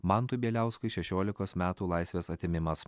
mantui bieliauskui šešiolikos metų laisvės atėmimas